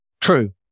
True